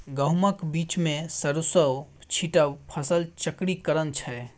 गहुमक बीचमे सरिसों छीटब फसल चक्रीकरण छै